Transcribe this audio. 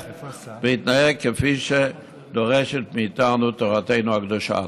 ויתנהג כפי שדורשת מאיתנו תורתנו הקדושה.